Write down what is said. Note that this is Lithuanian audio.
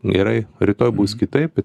gerai rytoj bus kitaip